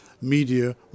Media